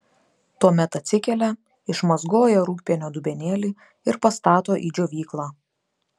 tuomet atsikelia išmazgoja rūgpienio dubenėlį ir pastato į džiovyklą